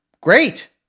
great